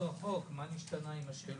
פסח עוד רחוק, מה נשתנה עם השאלות?